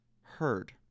heard